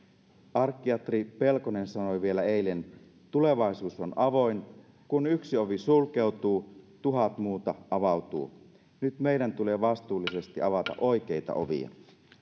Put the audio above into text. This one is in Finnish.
arkkiatri pelkonen sanoi eilen vielä tulevaisuus on avoin kun yksi ovi sulkeutuu tuhat muuta avautuu nyt meidän tulee vastuullisesti avata oikeita ovia